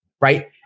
right